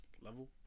level